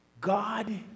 God